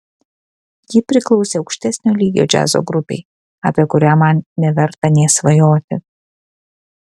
ji priklausė aukštesnio lygio džiazo grupei apie kurią man neverta nė svajoti